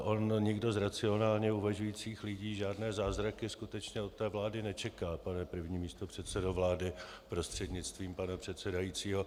On nikdo z racionálně uvažujících lidí žádné zázraky skutečně od vlády nečeká, pane první místopředsedo vlády prostřednictvím pana předsedajícího.